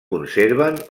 conserven